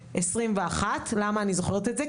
28.2.21. ולמה אני זוכרת את זה?